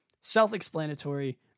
self-explanatory